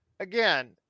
Again